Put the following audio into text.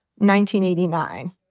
1989